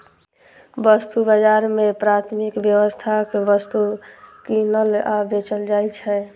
वस्तु बाजार मे प्राथमिक अर्थव्यवस्थाक वस्तु कीनल आ बेचल जाइ छै